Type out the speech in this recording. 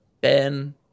Ben